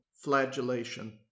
Flagellation